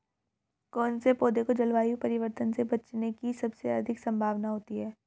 कौन से पौधे को जलवायु परिवर्तन से बचने की सबसे अधिक संभावना होती है?